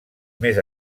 més